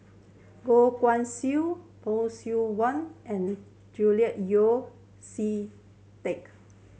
Goh Guan Siew Phay Seng Whatt and Julian Yeo See Teck